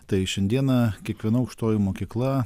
tai šiandieną kiekviena aukštoji mokykla